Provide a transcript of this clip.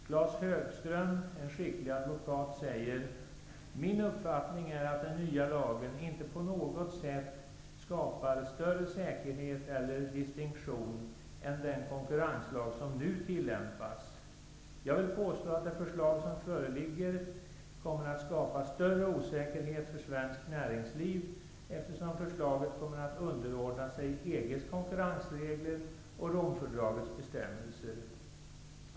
Claes Högström, en skicklig advokat, säger: Min uppfattning är att den nya lagen inte på något sätt skapar större säkerhet eller disktinktion än den konkurrenslag som nu tillämpas. Jag vill påstå att det förslag som föreligger kommer att skapa större osäkerhet för svenskt näringsliv, eftersom förslaget kommer att underordna sig EG:s konkurrensregler och Romfördragets bestämmelser.